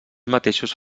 mateixos